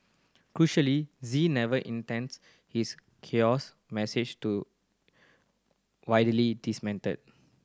crucially Z never intends his hoax message to widely disseminated